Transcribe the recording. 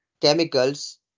chemicals